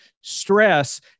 stress